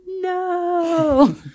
no